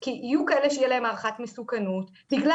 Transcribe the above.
כי יהיו כאלה שתהיה להם הערכת מסוכנות בגלל